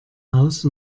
aus